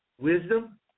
wisdom